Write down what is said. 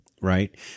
right